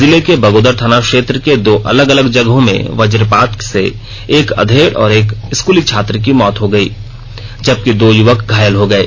जिले के बगोदर थाना क्षेत्र के दो अलग अलग जगहों मे वज्रपात से एक अधेड़ और एक स्कूली छात्र की मौत हो गयी जबकि दो युवक घायल हो गये